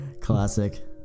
Classic